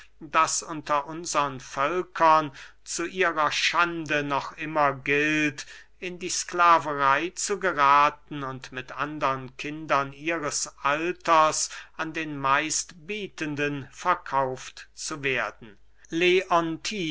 das unter unsern völkern zu ihrer schande noch immer gilt in die sklaverey zu gerathen und mit andern kindern ihres alters an den meistbietenden verkauft zu werden